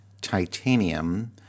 Titanium